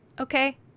okay